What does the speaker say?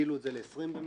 הגדילו את זה ל-20 במספר,